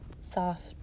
soft